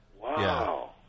Wow